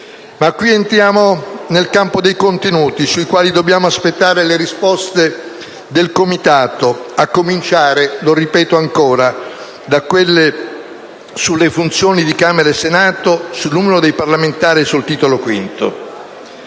Ma qui entriamo nel campo dei contenuti, sui quali dobbiamo aspettare le risposte del Comitato, a cominciare - lo ripeto ancora - da quelle sulle funzioni di Camera e Senato, sul numero dei parlamentari e sul Titolo V.